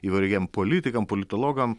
įvairiem politikam politologam